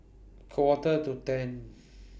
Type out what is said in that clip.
Quarter to ten